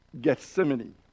Gethsemane